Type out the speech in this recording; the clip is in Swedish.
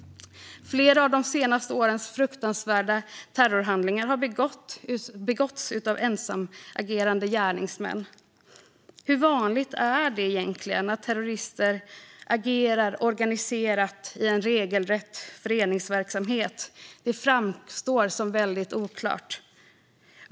Flera av de senaste årens fruktansvärda terrorhandlingar har begåtts av ensamagerande gärningsmän. Hur vanligt är det egentligen att terrorister agerar organiserat i en regelrätt föreningsverksamhet? Det framstår som väldigt oklart.